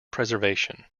preservation